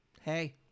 hey